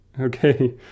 Okay